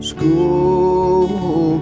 School